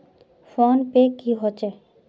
Phone पै की होचे?